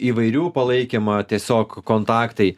įvairių palaikymą tiesiog kontaktai